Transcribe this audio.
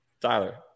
Tyler